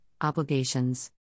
obligations